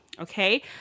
okay